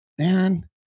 man